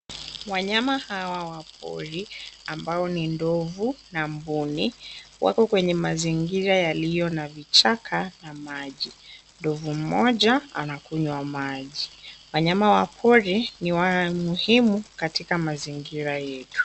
Wanyama hawa wa pori ambao ni ndovu na mbuni, wako kwenye mazingira yaliyo na vichaka na maji. Ndovu mmoja anakunywa maji. Wanyama wa pori ni wa muhimu katika mazingira yetu.